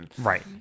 Right